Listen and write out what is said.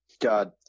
God